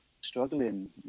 struggling